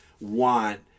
want